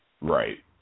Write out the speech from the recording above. Right